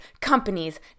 companies